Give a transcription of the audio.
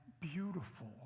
beautiful